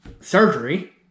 surgery